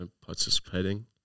participating